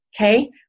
okay